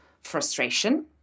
frustration